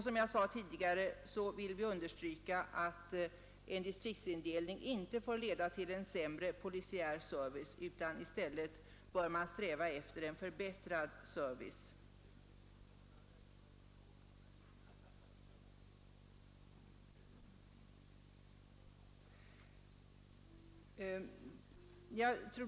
Som jag sade tidigare vill vi betona att en distriktsindelning inte får leda till en sämre polisiär service utan att man i stället bör sträva efter en förbättrad service.